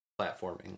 platforming